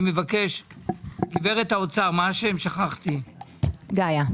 האוצר, גאיה,